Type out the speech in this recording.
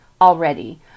already